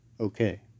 Okay